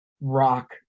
rock